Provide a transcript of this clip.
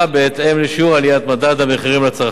בהתאם לשיעור עליית מדד המחירים לצרכן.